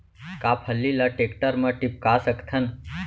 का फल्ली ल टेकटर म टिपका सकथन?